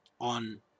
on